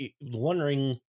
wondering